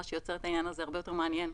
מה שעושה את העניין הזה הרבה יותר מעניין.